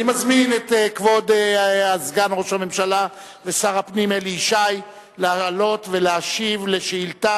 אני מזמין את סגן ראש הממשלה ושר הפנים אלי ישי לעלות ולהשיב על שאילתא